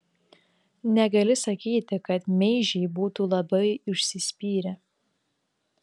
negali sakyti kad meižiai būtų labai užsispyrę